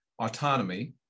Autonomy